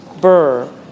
Burr